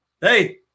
Hey